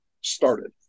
started